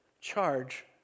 charge